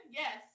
yes